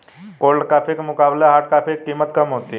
cold coffee के मुकाबले hot coffee की कीमत कम होती है